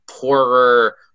poorer